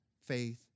faith